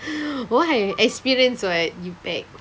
why experience [what] you pack